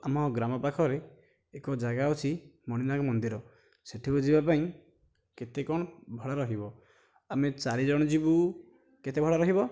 ଆମ ଗ୍ରାମ ପାଖରେ ଏକ ଯାଗା ଅଛି ମଣିନାଗ ମନ୍ଦିର ସେଠିକି ଯିବାପାଇଁ କେତେ କ'ଣ ଭଡ଼ା ରହିବ ଆମେ ଚାରି ଜଣ ଯିବୁ କେତେ ଭଡ଼ା ରହିବ